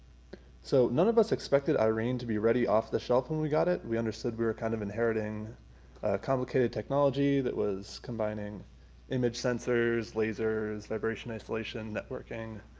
so none of us expected irene to be ready off the shelf when we got it. we understood we were kind of inheriting a complicated technology that was combining image sensors, lasers, vibration isolation, networking.